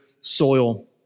soil